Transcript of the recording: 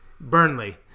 Burnley